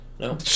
No